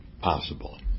possible